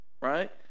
right